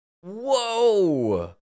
Whoa